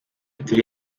turi